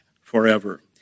forever